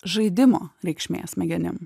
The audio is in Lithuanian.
žaidimo reikšmė smegenim